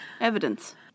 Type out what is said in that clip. Evidence